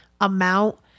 amount